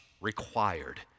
required